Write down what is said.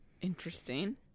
Interesting